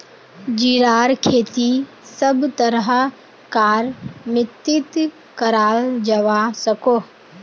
जीरार खेती सब तरह कार मित्तित कराल जवा सकोह